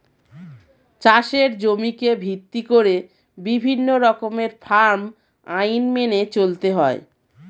চাষের জমিকে ভিত্তি করে বিভিন্ন রকমের ফার্ম আইন মেনে চলতে হয়